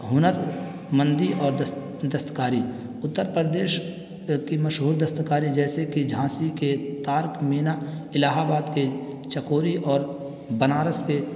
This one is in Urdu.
ہنرمندی اور دست کاری اتر پردیش کی مشہور دست کاری جیسے کہ جھانسی کے تارک مینا الہ آباد کے چکوری اور بنارس کے